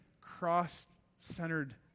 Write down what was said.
cross-centered